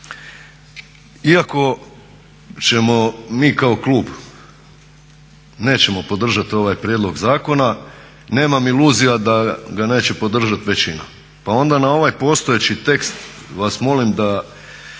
Iako ćemo mi kao klub nećemo podržati ovaj prijedlog zakona, nemam iluzija da ga neće podržati većina. Pa onda na ovaj postojeći tekst vas molim da